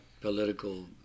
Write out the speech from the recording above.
political